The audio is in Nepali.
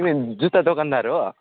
तिमी जुत्ता दोकानदार हो